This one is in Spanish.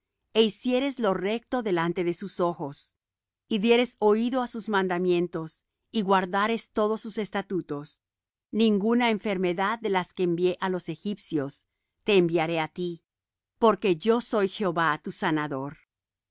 dios é hicieres lo recto delante de sus ojos y dieres oído á sus mandamientos y guardares todos sus estatutos ninguna enfermedad de las que envié á los egipcios te enviaré á ti porque yo soy jehová tu sanador